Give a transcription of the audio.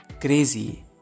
Crazy